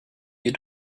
you